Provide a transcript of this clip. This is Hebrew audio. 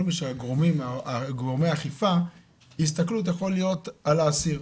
גורמי האכיפה היא ההסתכלות יכול להיות על האסיר,